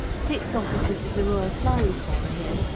six officers of the royal flying corps are here,